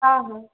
हा हा